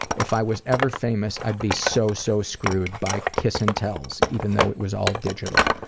if i was ever famous i'd be so, so screwed by kiss-and-tells, even though it was all digital.